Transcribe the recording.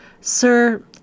Sir